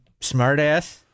smartass